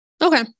Okay